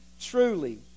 truly